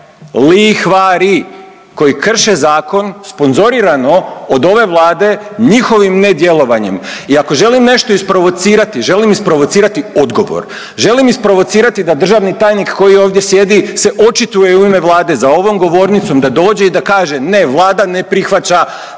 Li-hva-ri, koji krše zakon sponzorirano od ove Vlade njihovim nedjelovanjem i ako želim nešto isprovocirati, želim isprovocirati odgovor. Želim isprovocirati da državni tajnik koji ovdje sjedi se očituje u ime Vlade za ovom govornicom da dođe i da kaže, ne, Vlada ne prihvaća